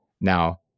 Now